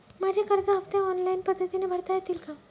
माझे कर्ज हफ्ते ऑनलाईन पद्धतीने भरता येतील का?